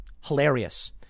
hilarious